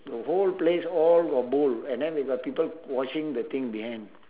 the whole place all got bowl and then they got people washing the thing behind